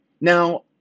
Now